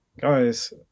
guys